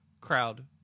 crowd